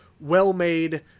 well-made